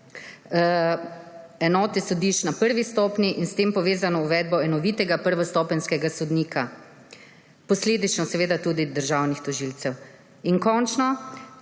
enote sodišč na prvi stopnji in s tem povezano uvedbo enovitega prvostopenjskega sodnika. Posledično seveda tudi državnih tožilcev. In končno,